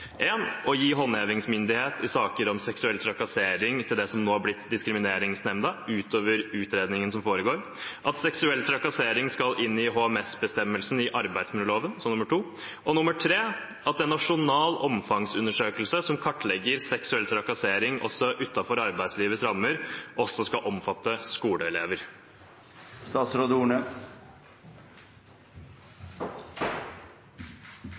å gi håndhevingsmyndighet i saker om seksuell trakassering til det som nå er blitt Likestillings- og diskrimineringsnemnda, utover utredningen som foregår at seksuell trakassering skal inn i HMS-bestemmelsene i arbeidsmiljøloven at en nasjonal omfangsundersøkelse, som kartlegger seksuell trakassering utenfor arbeidslivets rammer, også skal omfatte skoleelever